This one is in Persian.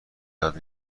یاد